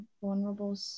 vulnerable